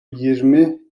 yirmi